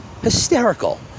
Hysterical